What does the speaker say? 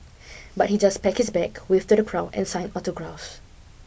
but he just pack his bag waved to the crowd and signed autographs